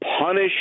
punish